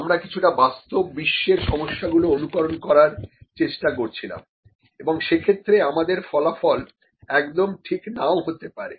আমরা কিছুটা বাস্তব বিশ্বের সমস্যাগুলো অনুকরণ করার চেষ্টা করছিলাম এবং সেক্ষেত্রে আমাদের ফলাফল একদম ঠিক নাও হাতে পারে